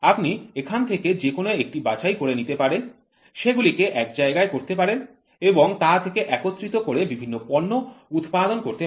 আপনি এখান থেকে যেকোন একটি বাছাই করে নিতে পারেন সে গুলিকে এক জায়গায় করতে পারেন এবং তা থেকে একত্রিত করে বিভিন্ন পণ্য উৎপাদন করতে পারেন